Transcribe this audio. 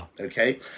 Okay